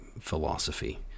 philosophy